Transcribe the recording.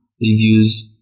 reviews